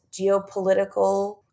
geopolitical